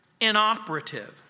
inoperative